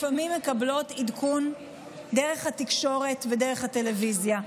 לפעמים מקבלות עדכון דרך התקשורת ודרך הטלוויזיה.